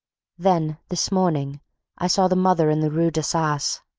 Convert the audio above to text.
then this morning i saw the mother in the rue d'assas.